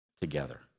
together